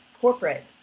corporate